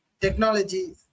technology